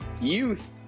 youth